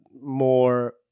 more